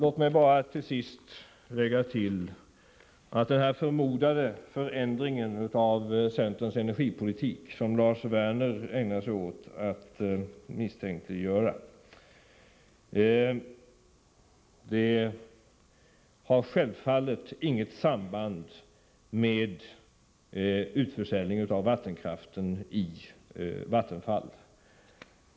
Låt mig bara till sist säga att den förmodade förändringen av centerns energipolitik, som Lars Werner misstänkliggjorde, självfallet inte har något samband med utförsäljningen av vattenkraften i Vattenfall.